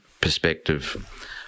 perspective